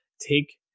take